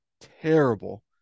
terrible